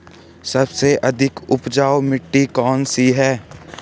सबसे अधिक उपजाऊ मिट्टी कौन सी है?